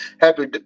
happy